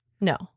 No